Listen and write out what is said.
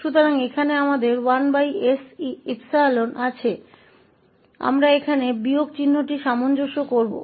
तो यहाँ हमारे पास 1s𝜖 है हम अब ऋण चिह्न को समायोजित करेंगे